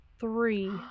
three